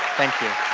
thank you,